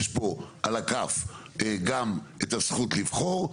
יש פה על הכף גם את הזכות לבחור,